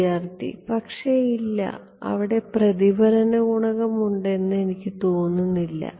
വിദ്യാർത്ഥി പക്ഷേ ഇല്ല അവിടെ പ്രതിഫലന ഗുണകം ഉണ്ടെന്ന് എനിക്ക് തോന്നുന്നില്ല